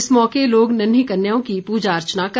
इस मौके लोग नन्हीं कन्याओं की पूजा अर्चना की